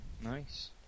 Nice